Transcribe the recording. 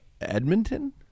Edmonton